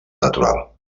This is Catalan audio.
natural